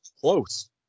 close